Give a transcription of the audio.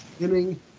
beginning